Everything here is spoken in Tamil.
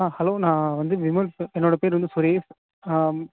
ஆ ஹலோ நான் வந்து விமல் பே என்னோடய பேர் வந்து சுதீப்